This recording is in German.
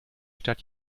stadt